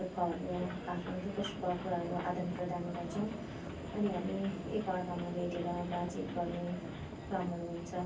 दु खहरू आफ्नो दु ख सुखको कुराहरू आदानप्रदान गर्छौँ अनि हामी एकाअर्कामा भेटेर बातचित गर्ने क्रमहरू हुन्छ